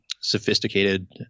sophisticated